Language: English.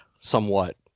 somewhat